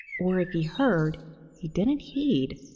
or if he heard he didn't heed.